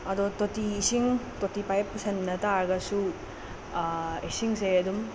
ꯑꯗꯣ ꯇꯣꯇꯤ ꯏꯁꯤꯡ ꯇꯣꯇꯤ ꯄꯥꯌꯦꯞ ꯄꯨꯁꯤꯟꯅꯇꯔꯒꯁꯨ ꯏꯁꯤꯡꯁꯦ ꯑꯗꯨꯝ